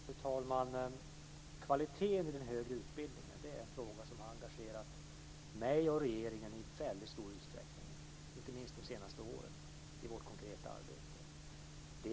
Fru talman! Kvaliteten i den högre utbildningen är en fråga som har engagerat mig och regeringen i väldigt stor utsträckning, inte minst i vårt konkreta arbete de senaste åren.